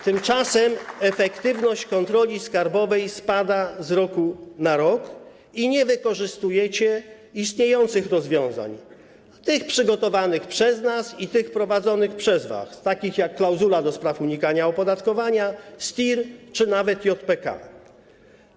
Tymczasem efektywność kontroli skarbowej spada z roku na rok i nie wykorzystujecie istniejących rozwiązań, tych przygotowanych przez nas i tych wprowadzonych przez was, takich jak klauzula do spraw unikania opodatkowania, STIR czy nawet JPK.